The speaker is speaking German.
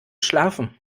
schlafen